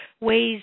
ways